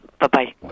bye-bye